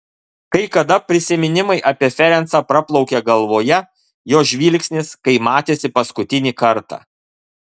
kai kada prisiminimai apie ferencą praplaukia galvoje jo žvilgsnis kai matėsi paskutinį kartą